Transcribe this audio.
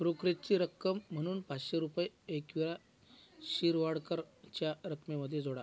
ब्रोकरेजची रक्कम म्हणून पाचशे रुपये एकवीरा शिरवाडकरच्या रकमेमध्ये जोडा